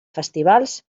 festivals